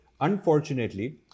Unfortunately